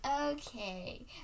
okay